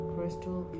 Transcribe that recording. Crystal